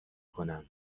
کنم